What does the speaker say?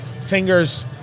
Fingers